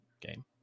game